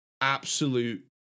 Absolute